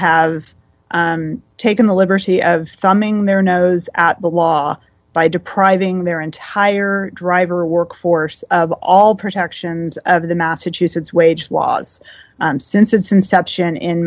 have taken the liberty of thumbing their nose at the law by depriving their entire driver workforce of all protections of the massachusetts wage laws since its inception in